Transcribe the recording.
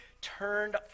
turned